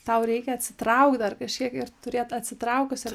tau reikia atsitraukt dar kažkiek ir turėt atsitraukusiam